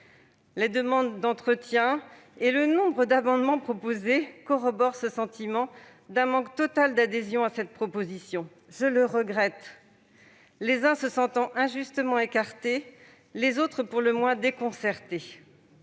Les demandes d'entretiens et le nombre d'amendements proposés corroborent ce sentiment d'un manque total d'adhésion à cette proposition de loi. Je ne peux que regretter que les uns se sentent injustement écartés, quand les autres sont pour le moins déconcertés.